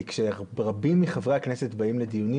כי כשרבים מחברי הכנסת באים לדיונים,